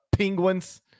Penguins